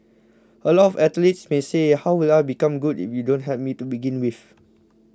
a lot of athletes may say how will I become good if you don't help me to begin with